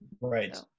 right